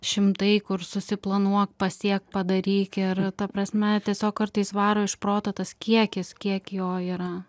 šimtai kur susiplanuok pasiek padaryk ir ta prasme tiesiog kartais varo iš proto tas kiekis kiek jo yra